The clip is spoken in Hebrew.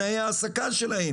אני לא ראיתי שם כספומט בנקאי.